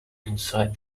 inside